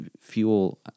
fuel